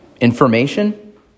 Information